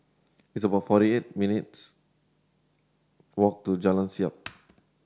it's about forty eight minutes' walk to Jalan Siap